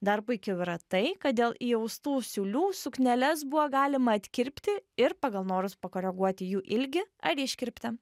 dar puikiau yra tai kad dėl įaustų siūlių sukneles buvo galima atkirpti ir pagal norus pakoreguoti jų ilgį ar iškirptę